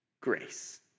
grace